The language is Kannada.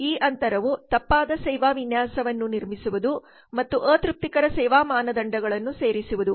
ಈ ಅಂತರವು ತಪ್ಪಾದ ಸೇವಾ ವಿನ್ಯಾಸವನ್ನು ನಿರ್ಮಿಸುವುದು ಮತ್ತು ಅತೃಪ್ತಿಕರ ಸೇವಾ ಮಾನದಂಡಗಳನ್ನು ಸೇರಿಸುವುದು